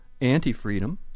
anti-freedom